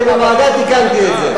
אני בוועדה תיקנתי את זה.